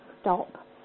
stop